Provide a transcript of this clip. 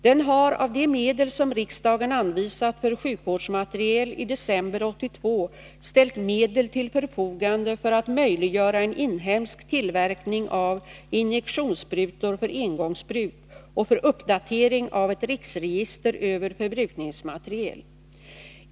Den har av de medel som riksdagen anvisat för sjukvårdsmateriel i december 1982 .ställt medel till förfogande för att möjliggöra en inhemsk tillverkning av injektionssprutor för engångsbruk och för uppdatering av ett riksregister över förbrukningsmateriel.